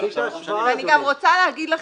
אני גם רוצה להגיד לכם,